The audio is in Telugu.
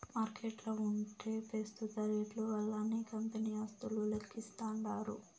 మార్కెట్ల ఉంటే పెస్తుత రేట్లు వల్లనే కంపెనీ ఆస్తులు లెక్కిస్తాండారు